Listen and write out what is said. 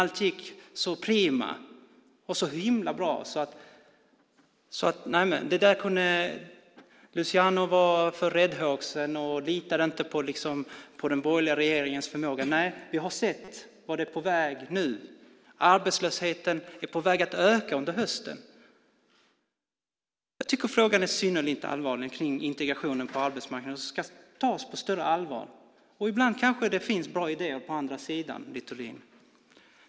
Allt gick så prima och så himla bra. Luciano var för räddhågsen och litade inte på den borgerliga regeringens förmåga. Vi har sett vart det är på väg nu. Arbetslösheten är på väg att öka under hösten. Jag tycker att frågan om integrationen på arbetsmarknaden är synnerligen allvarlig och ska tas på större allvar. Ibland kanske det finns bra idéer på andra sidan, Littorin.